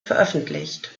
veröffentlicht